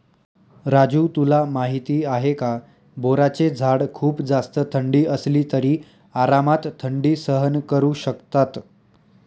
राजू तुला माहिती आहे का? बोराचे झाड खूप जास्त थंडी असली तरी आरामात थंडी सहन करू शकतात